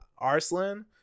Arslan